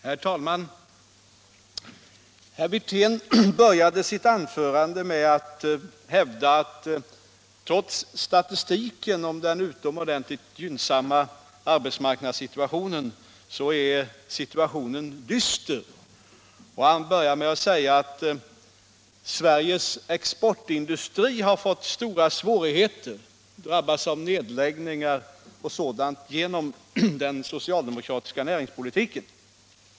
Herr talman! Herr Wirtén började sitt anförande med att hävda att situationen trots statistiken om det utomordentligt gynnsamma arbetsmarknadsläget är dyster. Han framhöll inledningsvis att Sveriges exportindustri har fått stora svårigheter och bl.a. drabbats av nedläggningar till följd av den socialdemokratiska näringspolitiken.